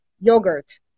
yogurt